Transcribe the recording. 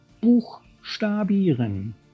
Buchstabieren